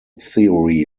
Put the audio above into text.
theory